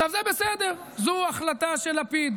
עכשיו, זה בסדר, זו החלטה של לפיד,